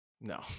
No